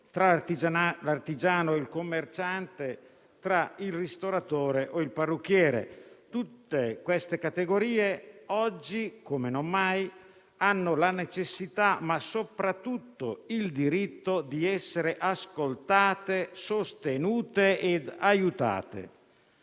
tra l'artigiano e il commerciante, tra il ristoratore e il parrucchiere: tutte queste categorie oggi, come non mai, hanno la necessità, ma soprattutto il diritto, di essere ascoltate, sostenute ed aiutate.